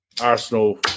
Arsenal